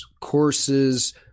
courses